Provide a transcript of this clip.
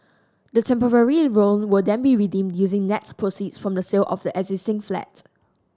the temporary loan will then be redeemed using net proceeds from the sale of the existing flat